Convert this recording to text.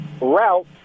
route